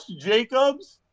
Jacobs